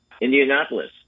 Indianapolis